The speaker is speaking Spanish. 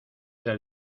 del